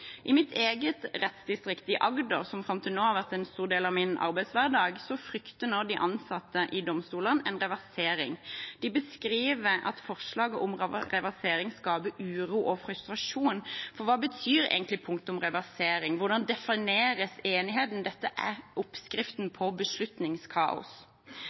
i framtiden. I mitt eget rettsdistrikt, Agder, som fram til nå har vært en stor del av min arbeidshverdag, frykter nå de ansatte i domstolene en reversering. De beskriver at forslaget om reversering skaper uro og frustrasjon. For hva betyr egentlig punktet om reversering? Hvordan defineres enigheten? Dette er oppskriften